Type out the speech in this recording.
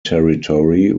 territory